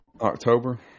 October